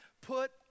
put